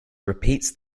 repeats